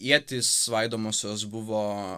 ietys svaidomosios buvo